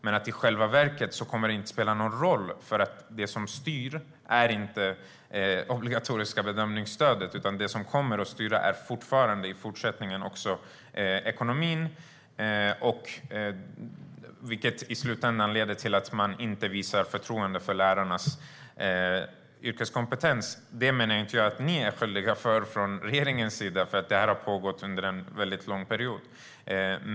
Men i själva verket kommer det inte att spela någon roll, för det som styr är inte det obligatoriska bedömningsstödet, utan det som kommer att styra också i fortsättningen är ekonomin, vilket i slutändan leder till att man inte visar förtroende för lärarnas yrkeskompetens. Det här menar jag inte att regeringen är ansvarig för, för det har pågått under en väldigt lång period.